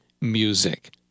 music